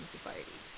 society